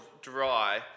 dry